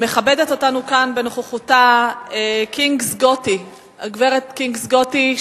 מכבדת אותנו כאן בנוכחותה הגברת ג'וית'י קאניס,